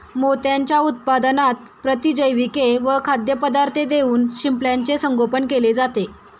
मोत्यांच्या उत्पादनात प्रतिजैविके व खाद्यपदार्थ देऊन शिंपल्याचे संगोपन केले जाते